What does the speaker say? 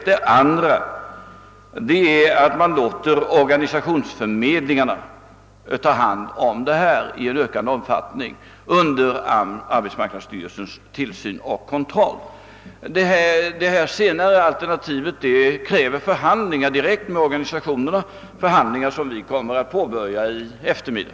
Det andra är att organisationsförmedlingarna i ökad omfattning och under arbetsmarknadsstyrelsens kontroll tar hand om verksamheten. Det senare alternativet kräver förhandlingar direkt med organisationerna, och sådana förhandlingar kommer vi att påbörja i eftermiddag.